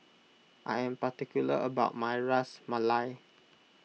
I am particular about my Ras Malai